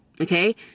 okay